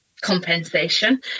compensation